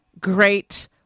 Great